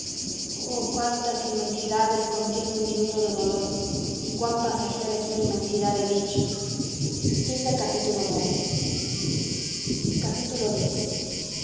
oh cuántas inmensidades contiene un minuto de dolor y cuan pasajera es una inmensidad de dicha x las rocas crujen sobre